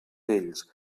vells